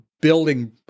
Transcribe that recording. building